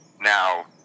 now